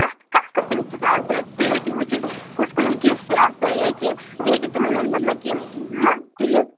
پرٛتھ کانٛہہ قٕسم چھِ آسان تُہۍ ہیٚکِو وُچھِتھ کُس کُس ڈش چھِ آسان ییٚتہِ تُہۍ ہیٚکِو تِمن ہُنٛد مطلب کہِ مَزٕ تُلِتھ